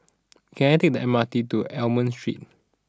can I take the M R T to Almond Street